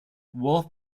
wolff